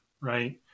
right